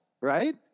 right